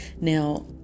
Now